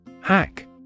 Hack